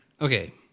okay